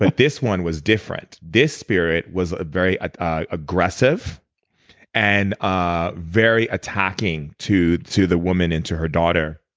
but this one was different. this spirit was a very ah ah aggressive and ah very attacking to to the woman, and to her daughter.